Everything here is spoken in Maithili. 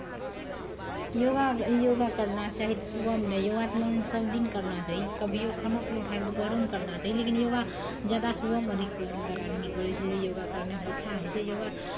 योगा योगा करना सही तऽ सुबहमे योगा तऽ लेकिन सभदिन करना चाही कभिओ खानो पीनो खा कऽ दुपहरोमे करना चाही लेकिन योगा जादा सुबहमे अधिक बड़ा नीक होबै छै योगा करनेसँ अच्छा होइ छै योगा